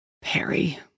Perry